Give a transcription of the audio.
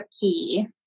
key